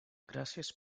gràcies